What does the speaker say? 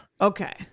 Okay